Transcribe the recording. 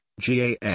GAN